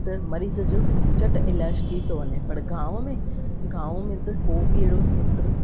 त मरीज़ जो झटि इलाज थी थो वञें पर गांव में गांव में त कोबि अहिड़ो डॉक्टर